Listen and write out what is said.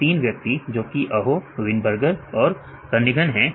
तो तीन व्यक्ति जोकि अहो प्वीणबरजर और करनिघन है